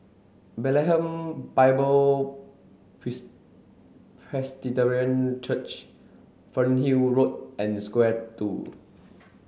Bethlehem Bible Presbyterian Church Fernhill Road and Square Two